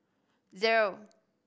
zero